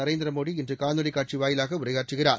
நரேந்திர மோடி இன்று காணொலி காட்சி வாயிலாக உரையாற்றுகிறார்